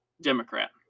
democrat